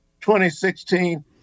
2016